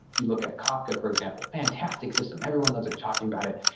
you look at kafka, for example, fantastic system. everyone loves talking about it.